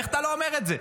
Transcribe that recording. איך אתה לא אומר את זה?